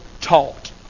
taught